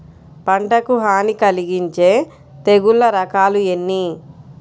పంటకు హాని కలిగించే తెగుళ్ళ రకాలు ఎన్ని?